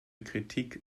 kritik